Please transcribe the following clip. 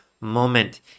moment